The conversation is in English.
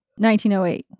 1908